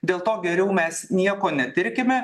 dėl to geriau mes nieko netirkime